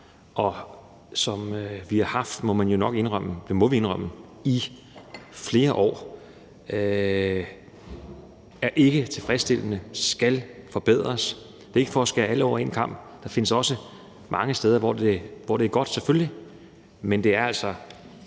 og som vi har haft i flere år – det må vi indrømme – er ikke tilfredsstillende og skal forbedres. Det er ikke for at skære alle over en kam. Der er selvfølgelig også mange steder, hvor det er godt, men det er altså